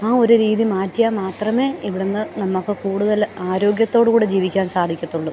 ആ ഒരു രീതി മാറ്റിയാൽ മാത്രമേ ഇവിടുന്ന് നമുക്ക് കൂടുതൽ ആരോഗ്യത്തോടുകൂടെ ജീവിക്കാൻ സാധിക്കുള്ളൂ